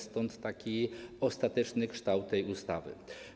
Stąd taki jest ostateczny kształt tej ustawy.